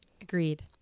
Agreed